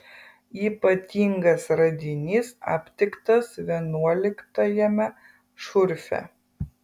ypatingas radinys aptiktas vienuoliktajame šurfe